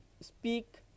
speak